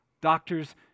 Doctors